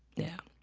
yeah.